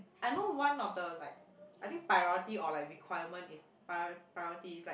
I know one of the like I think priority or like requirement is prior~ priority is like